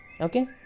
Okay